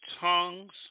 tongues